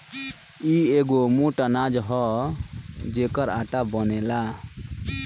इ एगो मोट अनाज हअ जेकर आटा बनेला